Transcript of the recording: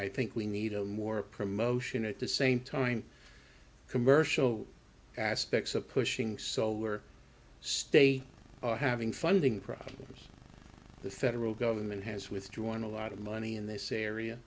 i think we need a more promotion at the same time commercial aspects of pushing solar state are having funding problems the federal government has withdrawn a lot of money in this area